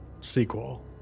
sequel